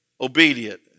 obedient